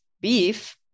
beef